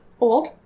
old